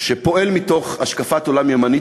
שפועל מתוך השקפת עולם ימנית,